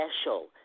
special